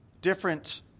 different